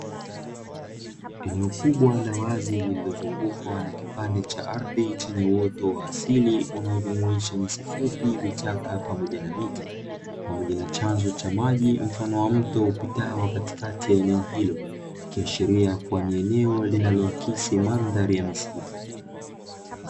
Eneo kubwa la wazi na lililozungukwa na kipande cha ardhi chenye uoto wa asili, unaojumuisha nyasi fupi ,vichaka pamoja na miti pamoja na chanzo cha maji mfano wa mto lililopita katikati ya eneo hilo; ikiashiria kuwa ni eneo linaloakisi mandhari ya misitu.